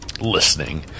listening